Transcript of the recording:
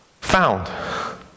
found